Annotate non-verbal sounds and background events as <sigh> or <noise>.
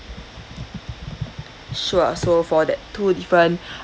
sure so for that two different <breath>